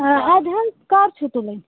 آ اَدٕ حظ کَر چھِو تُلٕنۍ